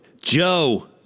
Joe